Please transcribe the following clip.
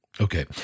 Okay